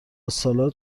سالاد